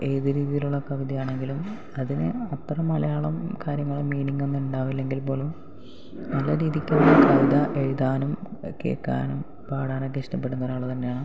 ഏതു രീതിയിലുള്ള കവിതയാണെങ്കിലും അതിന് അത്ര മലയാളം കാര്യങ്ങളും മീനിങ് ഒന്നും ഉണ്ടാവില്ലെങ്കിൽ പോലും നല്ല രീതിക്കുള്ള കവിത എഴുതാനും കേൾക്കാനും പാടാനുമൊക്കെ ഇഷ്ടപ്പെടുന്ന ഒരാളുതന്നെയാണ്